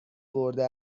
برده